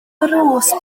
drws